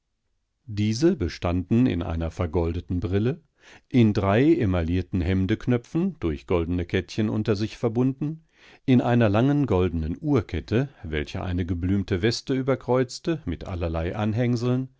diese bestanden in einer vergoldeten brille in drei emaillierten hemdeknöpfen durch goldene ketten unter sich verbunden in einer langen goldenen uhrkette welche eine geblümte weste überkreuzte mit allerlei anhängseln